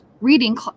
reading